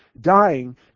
dying